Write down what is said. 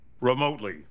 Remotely